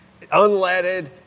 unleaded